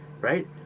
right